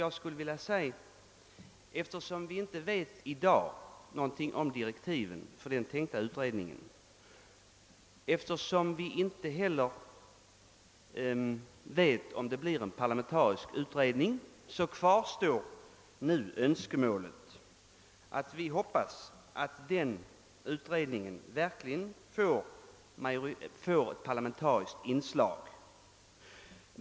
Jag skulle vilja säga att eftersom vi i dag inte vet någonting om direktiven för den tänkta utredningen och inte heller vet, om det blir en parlamentarisk utredning eller inte, kvarstår vårt önskemål att utredningen verkligen får parlamentariskt inslag.